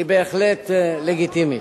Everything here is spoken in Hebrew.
היא בהחלט לגיטימית.